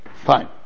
Fine